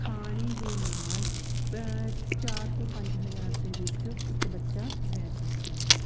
ਖਾਣੇ ਦੇ ਨਾਲ ਚਾਰ ਤੋਂ ਪੰਜ ਹਜ਼ਾਰ ਦੇ ਵਿੱਚ ਇੱਕ ਬੱਚਾ ਰਹਿ ਸਕਦਾ ਹੈ